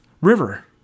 river